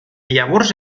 llavors